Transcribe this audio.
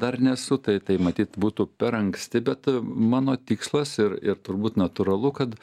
dar nesu tai tai matyt būtų per anksti bet mano tikslas ir ir turbūt natūralu kad